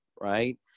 right